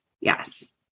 Yes